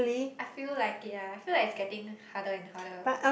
I feel like it lah I feel like it's getting harder and harder